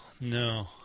no